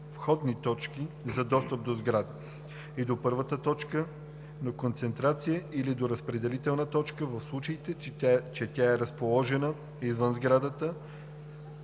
възможност